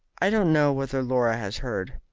i don't know whether laura has heard.